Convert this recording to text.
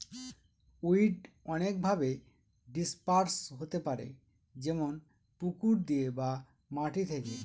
weed অনেকভাবে disperse হতে পারে যেমন পুকুর দিয়ে বা মাটি থেকে